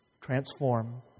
transform